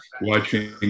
watching